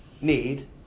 need